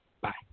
Bye